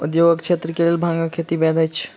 उद्योगक क्षेत्र के लेल भांगक खेती वैध अछि